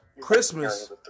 Christmas